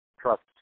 Trust